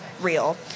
real